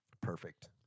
Perfect